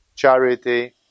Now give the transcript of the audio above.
charity